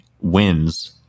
wins